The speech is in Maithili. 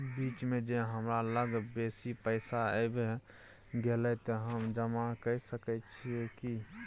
बीच म ज हमरा लग बेसी पैसा ऐब गेले त हम जमा के सके छिए की?